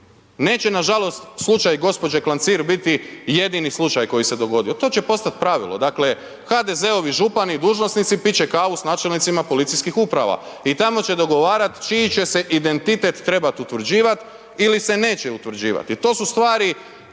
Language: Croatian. Neće nažalost slučaju gđe. Klancir biti jedini slučaj koji se dogodio, to će postat pravilo. Dakle HDZ-ovi župani, dužnosnici pit će kavu sa načelnicima policijskih uprava i tamo će dogovarat čiji će se identitet trebati utvrđivat ili se neće utvrđivat i to su stvari